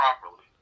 properly